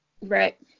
Right